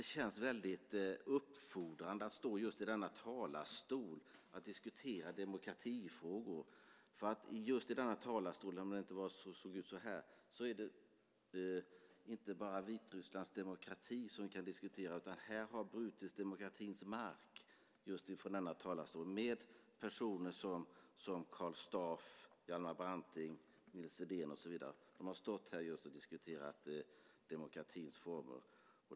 Det känns väldigt uppfordrande att stå just i denna talarstol i andrakammarsalen och diskutera demokratifrågor. I denna talarstol - även om den då inte såg ut just så här - har vi inte bara diskuterat Vitrysslands demokrati. Från just denna talarstol har brutits demokratins mark med personer som Karl Staaf, Hjalmar Branting, Nils Edén, och så vidare. De har stått här och diskuterat demokratins former.